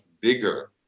bigger